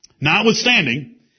Notwithstanding